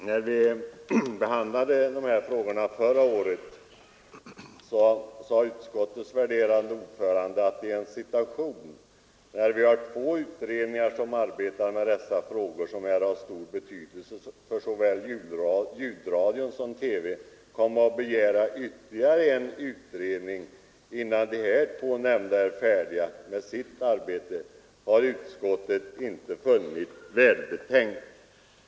När vi behandlade dessa frågor förra året sade utskottets värderade ordförande, att nu har vi två utredningar i arbete med dessa spörsmål, som är av stor betydelse såväl för ljudradion som för TV, och att då tillsätta ytterligare en utredning innan de två tidigare är färdiga med sitt arbete har inte utskottet funnit välbetänkt.